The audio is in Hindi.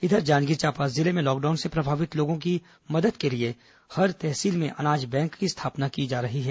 इधर जांजगीर चांपा जिले में लॉकडाउन से प्रभावित लोगों की मदद के लिए हर तहसील में अनाज बैंक की स्थापना की जा रही है